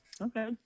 Okay